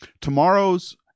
Tomorrow's